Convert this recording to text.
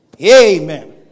Amen